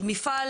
מפעל